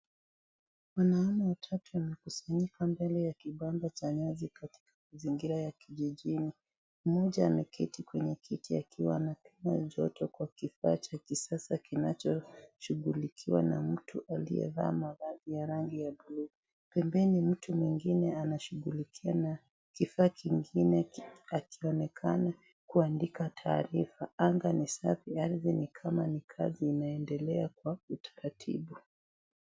Wanaume watatu wamekusanyika mbele ya kibanda cha nyasi katika mazingira ya kijijini. Mmoja anaketi kwenye kiti akiwa anapimwa joto kifaa cha kisasa kinachoshughulikiwa na mtu aliyevaa mavazi ya rangi ya buluu. Pembeni mtu mwingine anashughulikia na kifaa kingine hakionekani kuandika taarifa. Anga ni safi ni kama kazi inaendelea kwa utaratibu.